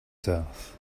south